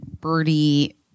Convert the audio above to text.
birdie